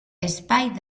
espai